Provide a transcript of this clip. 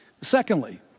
Secondly